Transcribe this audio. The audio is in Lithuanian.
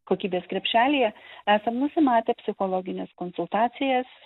kokybės krepšelyje esam nusimatę psichologines konsultacijas